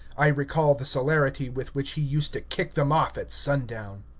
i recall the celerity with which he used to kick them off at sundown.